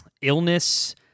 illness